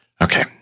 Okay